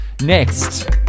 next